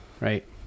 right